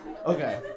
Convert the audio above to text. okay